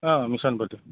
অঁ মিছন পট্টি